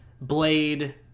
Blade